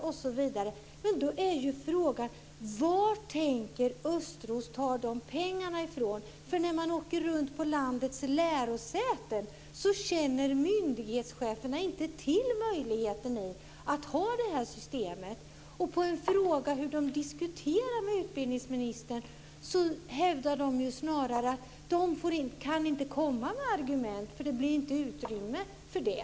Men då är frågan: Var tänker Östros ta de pengarna? När man åker runt och besöker landets lärosäten märker man att myndighetscheferna inte känner till möjligheten att ha det här systemet. På frågan om hur de diskuterar med utbildningsministern blir svaret snarare att de inte kan komma med argument eftersom det inte blir utrymme för det.